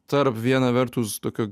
tarp viena vertus tokio